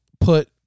put